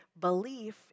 belief